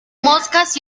moscas